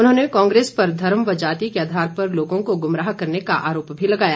उन्होंने कांग्रेस पर धर्म व जाति के आधार पर लोगों को गुमराह करने का आरोप भी लगाया